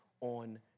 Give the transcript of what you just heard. on